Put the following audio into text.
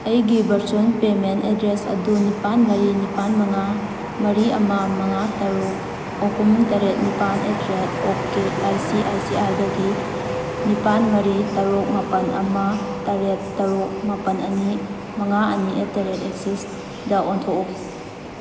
ꯑꯩꯒꯤ ꯚꯔꯆ꯭ꯋꯦꯟ payment address ꯑꯗꯨ ꯅꯤꯄꯥꯜ ꯃꯔꯤ ꯅꯤꯄꯥꯜ ꯃꯉꯥ ꯃꯔꯤ ꯑꯃ ꯃꯉꯥ ꯇꯔꯨꯛ ꯑꯍꯨꯝ ꯇꯔꯦꯠ ꯅꯤꯄꯥꯜ at the rate ok I C I C ꯑꯥꯏꯗꯒꯤ ꯅꯤꯄꯥꯜ ꯃꯔꯤ ꯇꯔꯨꯛ ꯃꯥꯄꯜ ꯑꯃ ꯇꯔꯦꯠ ꯇꯔꯨꯛ ꯃꯥꯄꯜ ꯑꯅꯤ ꯃꯉꯥ ꯑꯅꯤ ꯑꯦꯠ ꯗ ꯔꯦꯠ ꯑꯦꯛꯁꯤꯁꯗ ꯑꯣꯟꯊꯣꯛꯎ